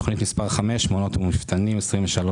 תוכנית מספר 4: שירותים אישיים וחברתיים,